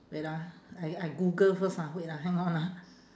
wait ah I I google first ah wait ah hang on ah